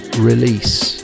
release